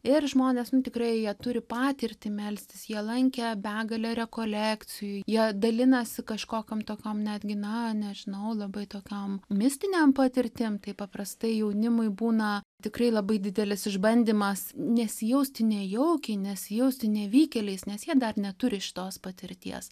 ir žmonės nu tikrai jie turi patirtį melstis jie lankė begalę rekolekcijų jie dalinasi kažkokiom tokiom netgi na nežinau labai tokiom mistinėm patirtim tai paprastai jaunimui būna tikrai labai didelis išbandymas nesijausti nejaukiai nesijausti nevykėliais nes jie dar neturi šitos patirties